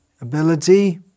ability